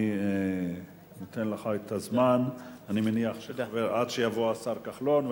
אני נותן לך את הזמן עד שיבוא השר כחלון,